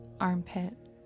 armpit